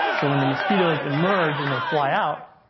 so when the mosquitoes emerge and they fly out,